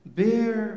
bear